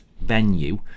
venue